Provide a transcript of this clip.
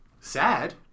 Sad